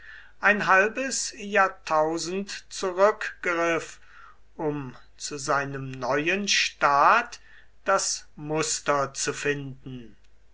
ein halbes jahrtausend zurückgriff um zu seinem neuen staat das muster zu finden